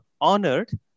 honored